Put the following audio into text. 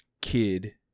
kid